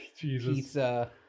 Pizza